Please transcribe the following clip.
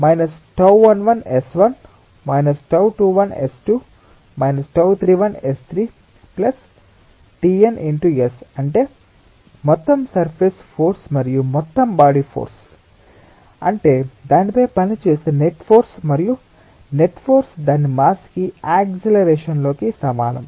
కాబట్టి τ11S1 τ21S2 τ31S3 Tn × S అంటే మొత్తం సర్ఫేస్ ఫోర్స్ మరియు మొత్తం బాడీ ఫోర్స్ అంటే దానిపై పనిచేసే నెట్ ఫోర్స్ మరియు నెట్ ఫోర్స్ దాని మాస్ కి యాక్సిలరేషన్ లోకి సమానం